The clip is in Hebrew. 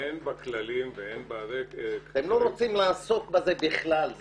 אין בכללים ואין --- אתם לא רוצים לעסוק בזה בכלל,